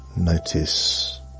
Notice